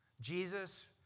Jesus